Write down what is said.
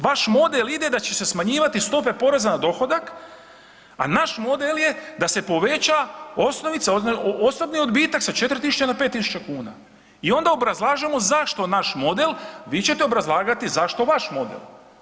Vaš model ide da će se smanjivati stope poreza na dohodak, a naš model je da se poveća osnovica osobni odbitak sa 4.000,00 na 5.000,00 kuna, i onda obrazlažemo zašto naš model, vi ćete obrazlagati zašto vaš model.